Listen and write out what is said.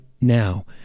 now